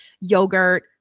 yogurt